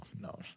no